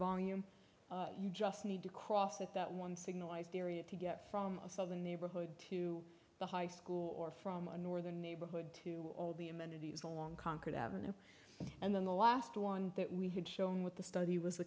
volume you just need to cross at that one signalized area to get from a southern neighborhood to the high school or from a northern neighborhood to all the amenities along concord ave and then the last one that we had shown with the study was